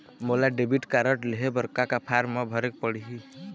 मोला debit card लेहे बर का का फार्म भरेक पड़ही?